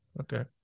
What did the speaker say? okay